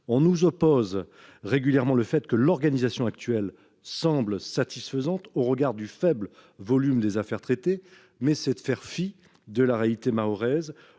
l'on nous oppose régulièrement le fait que l'organisation actuelle semble satisfaisante au regard du faible volume des affaires traitées, c'est là faire fi de la réalité mahoraise.